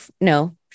no